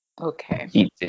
Okay